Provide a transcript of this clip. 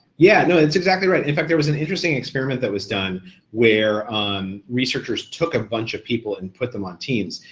yeah, no, that's exactly right. in fact there was an interesting experiment that was done where um researchers took a bunch of people and put them on teams,